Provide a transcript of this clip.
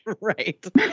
right